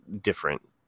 different